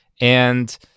And-